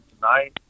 tonight